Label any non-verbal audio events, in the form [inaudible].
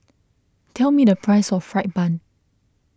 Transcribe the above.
tell me the [noise] price of Fried Bun